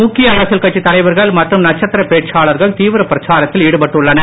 முக்கிய அரசியல் கட்சித் தலைவர்கள் மற்றும் நட்சத்திரப் பேச்சாளர்கள் தீவிர பிரச்சாரத்தில் ஈடுபட்டுள்ளனர்